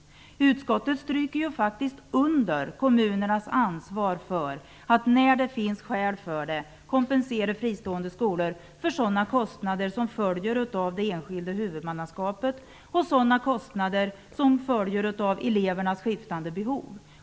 Utskottet stryker under kommunernas ansvar för att, när det finns skäl för det, kompensera fristående skolor för sådana kostnader som följer av det enskilda huvudmannaskapet och sådan kostnader som följer av elevernas skiftande behov.